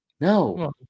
No